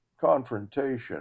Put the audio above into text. confrontation